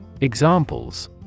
Examples